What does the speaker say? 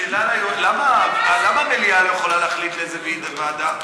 שאלה ליו"ר: למה המליאה לא יכולה להחליט לאיזו ועדה?